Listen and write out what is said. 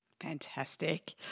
Fantastic